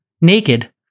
naked